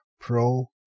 Pro